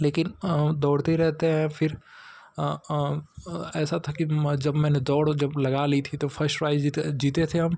लेकिन दौड़ते ही रहते हैं फिर ऐसा था कि जब मैंने दौड़ जब लगा ली थी तो फ़र्स्ट प्राइज़ जीते जीते थे हम